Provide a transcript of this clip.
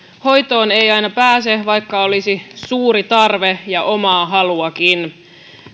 hoitoon ei aina pääse vaikka olisi suuri tarve ja omaa haluakin